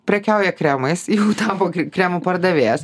prekiauja kremais tapo kremų pardavėjas